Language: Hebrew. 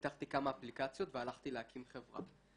פיתחתי כמה אפליקציות והלכתי להקים חברה.